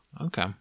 Okay